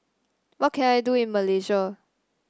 what can I do in Malaysia